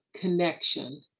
connection